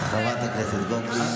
חברת הכנסת גוטליב.